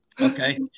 Okay